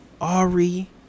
Ari